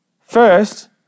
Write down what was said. First